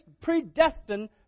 predestined